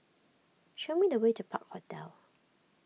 show me the way to Park Hotel